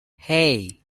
hey